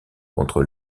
contre